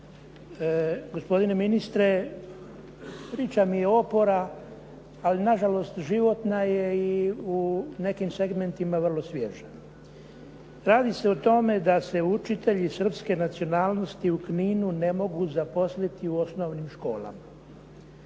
Gospodine ministre, priča mi je opora, ali na žalost životna je i u nekim segmentima vrlo svježa. Radi se o tome da se učitelji srpske nacionalnosti u Kninu ne mogu zaposliti u osnovnim školama.